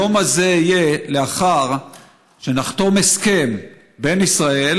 היום הזה יהיה לאחר שנחתום הסכם בין ישראל